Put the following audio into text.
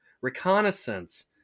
reconnaissance